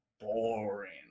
boring